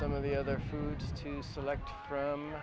some of the other food to select from